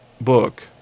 book